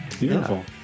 Beautiful